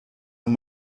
nun